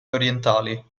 orientali